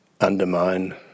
undermine